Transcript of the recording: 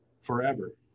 forever